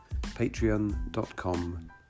patreon.com